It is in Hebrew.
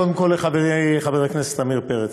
קודם כול, לחברי חבר הכנסת עמיר פרץ.